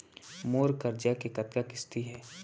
मोर करजा के कतका किस्ती हे?